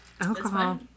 alcohol